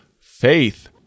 faith